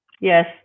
Yes